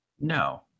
no